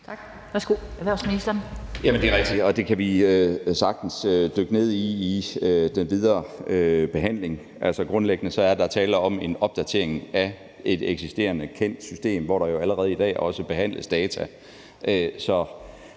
(Morten Bødskov): Jamen det er rigtigt, og det kan vi sagtens dykke ned i ved den videre behandling. Altså, grundlæggende er der tale om en opdatering af et eksisterende og kendt system, hvor der jo allerede i dag også behandles data.